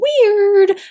weird